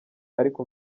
ariko